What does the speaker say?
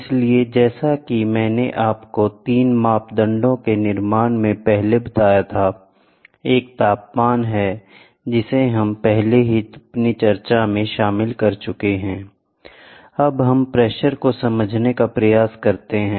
इसलिए जैसा कि मैंने आपको 3 मापदंडों के निर्माण में पहले बताया था एक तापमान है जिसे हम पहले ही अपनी चर्चा में शामिल कर चुके हैं अब हम प्रेशर को समझने का प्रयास करते हैं